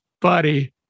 buddy